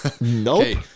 Nope